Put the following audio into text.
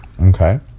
okay